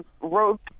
wrote